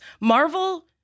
Marvel